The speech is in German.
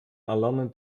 erlernen